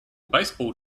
baseball